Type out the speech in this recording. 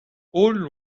old